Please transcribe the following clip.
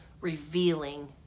revealing